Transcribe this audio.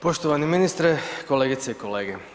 Poštovani ministre, kolegice i kolege.